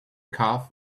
calf